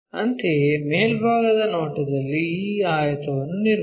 ಅಂತೆಯೇ ಮೇಲ್ಭಾಗದ ನೋಟಗಳಲ್ಲಿ ಈ ಆಯತವನ್ನು ನಿರ್ಮಿಸಿ